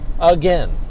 again